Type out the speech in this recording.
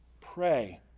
pray